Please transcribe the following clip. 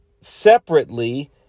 separately